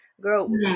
girl